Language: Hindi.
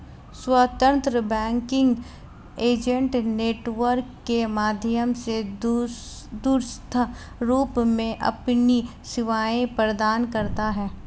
स्वतंत्र बैंकिंग एजेंट नेटवर्क के माध्यम से दूरस्थ रूप से अपनी सेवाएं प्रदान करता है